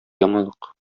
яңалык